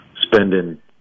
spending